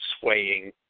swaying